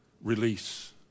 release